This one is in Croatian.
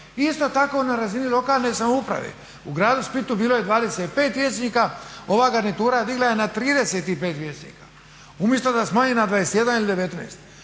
Isto tako na razini lokalne samouprave. U gradu Splitu bilo je 25 vijećnika, ova garnitura digla je na 35 vijećnika, umjesto da smanji na 21 ili 19.